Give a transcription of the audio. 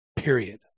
Period